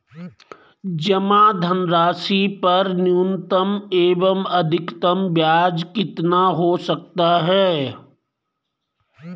जमा धनराशि पर न्यूनतम एवं अधिकतम ब्याज कितना हो सकता है?